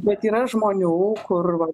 bet yra žmonių kur